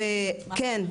וכן,